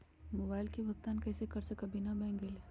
Mobile के भुगतान कईसे कर सकब बिना बैंक गईले?